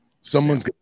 Someone's